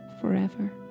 forever